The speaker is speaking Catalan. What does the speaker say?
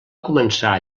començar